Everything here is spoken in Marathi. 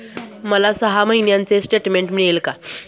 मला सहा महिन्यांचे स्टेटमेंट मिळेल का?